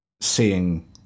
seeing